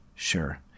Sure